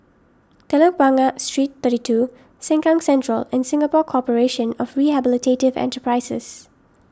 Telok Blangah Street thirty two Sengkang Central and Singapore Corporation of Rehabilitative Enterprises